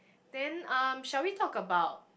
then um shall we talk about